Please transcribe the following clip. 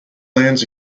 lands